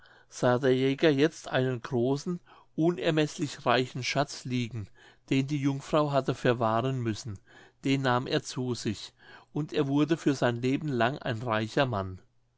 sah der jäger jetzt einen großen unermeßlich reichen schatz liegen den die jungfrau hatte verwahren müssen den nahm er zu sich und er wurde für sein leben lang ein reicher mann